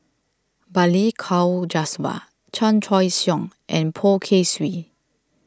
Balli Kaur Jaswal Chan Choy Siong and Poh Kay Swee